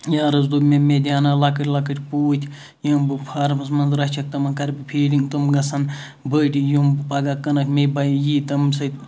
یارَس دوٚپ مےٚ مےٚ دیاناو لۄکٕٹۍ لۄکٕٹۍ پوٗتۍ یِم بہٕ فارمَس مَنٛز رَچھَکھ تِمَن کَرٕ فیڈِنٛگ تِم گَژھَن بٔڈۍ یِم پَگَہہ کٕنَکھ مےٚ بہ ییہِ تمہِ سۭتۍ